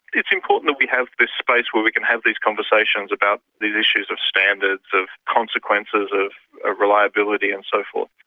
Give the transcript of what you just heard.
it's important that we have this space where we have these conversations about these issues of standards, of consequences, of ah reliability and so forth.